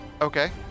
okay